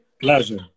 Pleasure